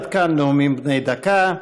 עד כאן נאומים בני דקה.